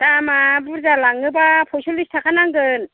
दामा बुर्जा लाङोबा पयच'लिस थाखा नांगोन